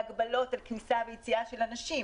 להגבלות על כניסה ויציאה של אנשים.